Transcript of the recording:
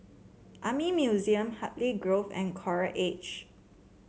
Army Museum Hartley Grove and Coral Edge